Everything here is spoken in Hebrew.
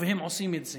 הם עושים את זה,